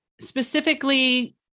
specifically